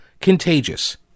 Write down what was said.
contagious